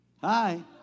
Hi